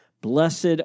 Blessed